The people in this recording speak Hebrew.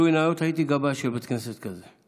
גילוי נאות, הייתי גבאי של בית כנסת כזה.